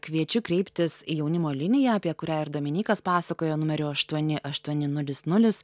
kviečiu kreiptis į jaunimo liniją apie kurią ir dominykas pasakojo numeriu aštuoni aštuoni nulis nulis